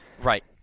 Right